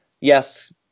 Yes